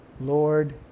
Lord